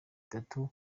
itatu